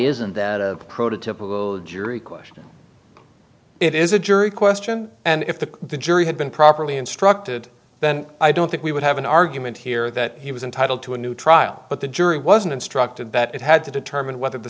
isn't that a prototypical jury question it is a jury question and if the the jury had been properly instructed then i don't think we would have an argument here that he was entitled to a new trial but the jury wasn't instructed that it had to determine whether the